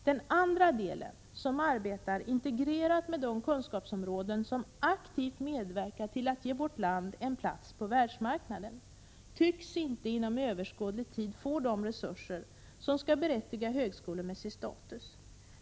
Den andra delen, som arbetar integrerat med de kunskapsområden som aktivt medverkar till att ge vårt land en plats på världsmarknaden, tycks inte inom överskådlig tid få de resurser som skall berättiga till högskolemässig status.